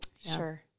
Sure